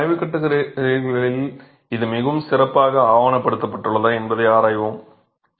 எனவே ஆய்வு கட்டுரைகளில் இது மிகவும் சிறப்பாக ஆவணப்படுத்தப்பட்டுள்ளதா என்பதை ஆராய்வோம்